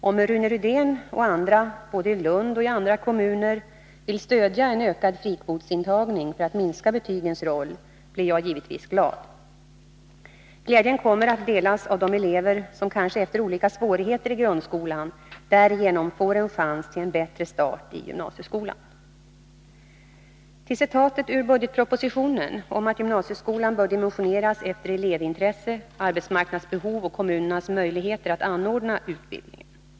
Om Rune Rydén och andra, både i Lund och i andra kommuner, vill stödja en ökad frikvotsintagning för att minska betygens roll, blir jag givetvis glad. Glädjen kommer att delas av de elever som kanske efter olika svårigheter i grundskolan därigenom får en chans till en bättre start i gymnasieskolan. Så till citatet ur budgetpropositionen om att gymnasieskolan bör dimensioneras efter elevintresse, arbetsmarknadsbehov och kommunernas möjligheter att anordna utbildning.